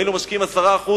אם היינו משקיעים 10%,